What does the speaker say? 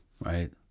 right